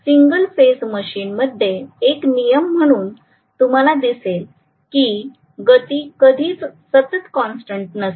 single phase machine मध्ये एक नियम म्हणून तुम्हाला दिसेल की गती कधीच सतत कॉन्स्टंट नसेल